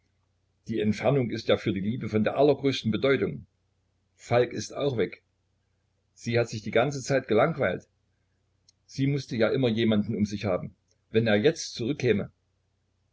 die entfernung ist ja für die liebe von der allergrößten bedeutung falk ist auch weg sie hat sich die ganze zeit gelangweilt sie mußte ja immer jemanden um sich haben wenn er jetzt zurückkäme